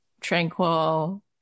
tranquil